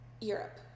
Europe